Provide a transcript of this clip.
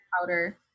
powder